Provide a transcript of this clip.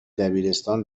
دبیرستان